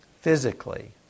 physically